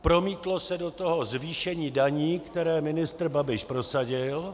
Promítlo se do toho zvýšení daní, které ministr Babiš prosadil.